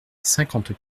cinquante